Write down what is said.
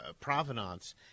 provenance